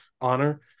honor